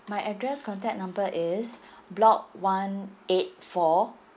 my address contact number is block one eight four